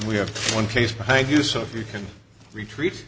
we have one case behind you so if you can retreat